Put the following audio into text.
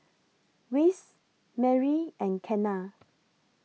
Wess Merri and Kenna